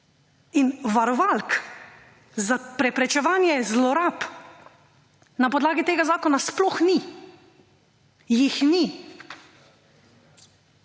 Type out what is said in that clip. In varovalk za preprečevanje zlorab na podlagi tega zakona sploh ni, jih ni.